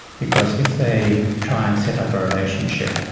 because if they try and set up a relationship,